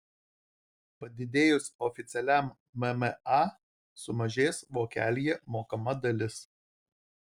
padidėjus oficialiam mma sumažės vokelyje mokama dalis